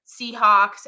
Seahawks